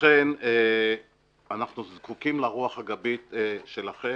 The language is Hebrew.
לכן אנחנו זקוקים לרוח הגבית שלכם.